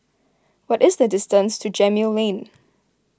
what is the distance to Gemmill Lane